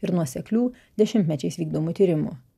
ir nuoseklių dešimtmečiais vykdomų tyrimų